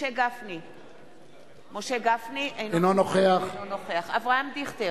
משה גפני, נגד אברהם דיכטר,